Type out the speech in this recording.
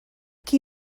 qui